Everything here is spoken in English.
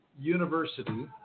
university